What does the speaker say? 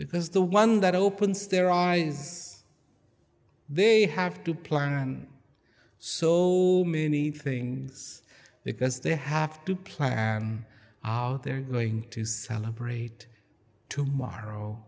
because the one that opens their eyes they have to plan so many things because they have to plan their going to celebrate tomorrow